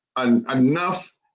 enough